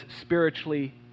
spiritually